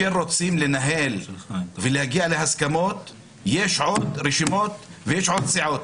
כאשר רוצים לנהל ולהגיע להסכמות יש עוד רשימות ויש עוד סיעות.